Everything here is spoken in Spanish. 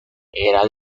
era